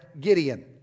Gideon